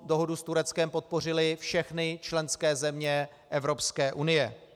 Dohodu s Tureckem podpořily všechny členské země Evropské unie.